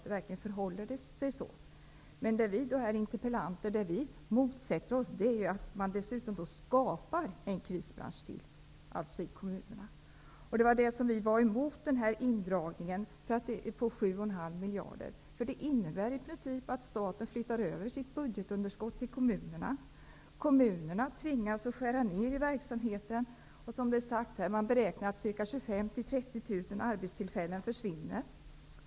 Det vi interpellanter motsätter oss är att man dessutom skapar en krisbransch till, dvs. i kommunerna. Det var därför vi var emot indragningen på 7,5 miljader. Det innebär i princip att staten flyttar över sitt budgetunderskott till kommunerna. Kommunerna tvingas att skära ner på verksamheten. Man beräknar att ca 25 000-- 30 000 arbetstillfällen försvinner.